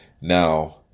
Now